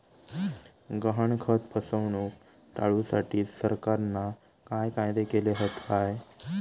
गहाणखत फसवणूक टाळुसाठी सरकारना काय कायदे केले हत काय?